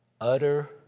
utter